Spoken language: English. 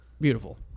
Beautiful